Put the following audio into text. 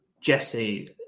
Jesse